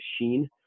machine